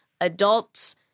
adults